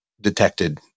detected